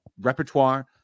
repertoire